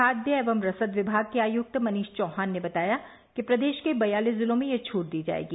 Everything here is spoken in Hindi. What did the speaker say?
खाद्य एवं रसद विभाग के आयुक्त मनीष चौहान ने बताया कि प्रदेश के बयालीस जिलों में यह छूट दी जायेगी